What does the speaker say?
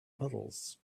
puddles